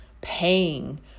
paying